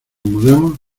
mudemos